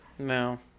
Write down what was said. No